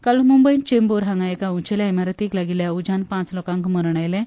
काल मुंबयंत चेंबूर हांगा एका उंचेल्या इमारतीक लागिल्ल्या उज्यान पांच लोकांक मरण आयलें